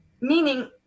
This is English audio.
meaning